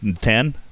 ten